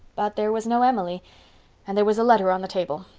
but there was no emily and there was a letter on the table.